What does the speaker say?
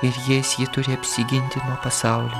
ir jais ji turi apsiginti nuo pasaulio